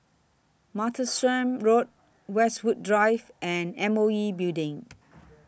Martlesham Road Westwood Drive and M O E Building